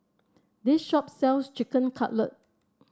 this shop sells Chicken Cutlet